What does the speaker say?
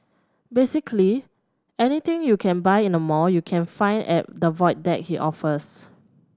basically anything you can buy in a mall you can find at the Void Deck he offers